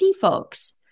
folks